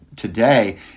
Today